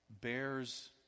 bears